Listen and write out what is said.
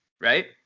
Right